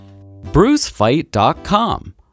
brucefight.com